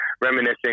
reminiscing